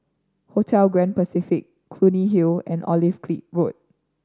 Hotel Grand Pacific Clunny Hill and Olive Road